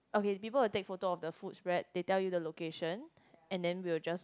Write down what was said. okay people will take photo of the food spread they tell you the location and then we'll just